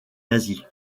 nazis